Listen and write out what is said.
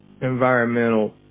environmental